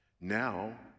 now